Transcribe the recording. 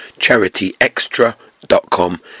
charityextra.com